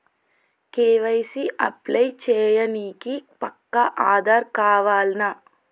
KYC apply చేయనీకి పక్కా ఆధార్ కావాల్నా?